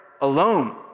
alone